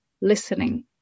listening